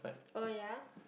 oh ya